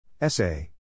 Essay